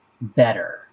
better